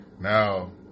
Now